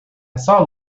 saw